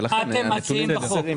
ולכן הנתונים חסרים.